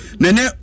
nene